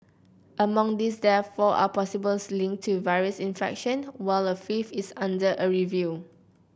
among these deaths four are possible linked to virus infection while a fifth is under a review